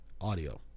audio